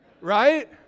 Right